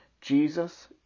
Jesus